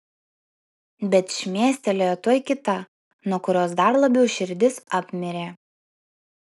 bet šmėstelėjo tuoj kita nuo kurios dar labiau širdis apmirė